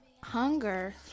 hunger